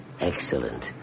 Excellent